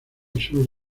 sur